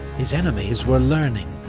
his enemies were learning,